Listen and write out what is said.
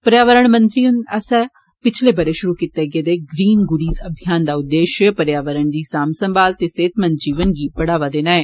पर्यावरण मंत्रालय आस्सेआ पिछले ब'रे षुरू कीते गेदे ग्रीण गुडीज़ अभियान दा उद्देष्य पर्यावरण दी सांभ संभाल ते सेहतमंद जीवन गी बढ़ावा देना ऐ